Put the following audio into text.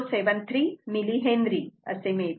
073 millihenry असे मिळते